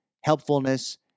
helpfulness